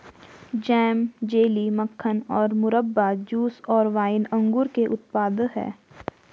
jam, jelly, मक्खन और मुरब्बा, जूस और वाइन अंगूर के उत्पाद हैं